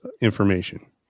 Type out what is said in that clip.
information